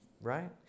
right